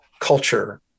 culture